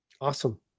Awesome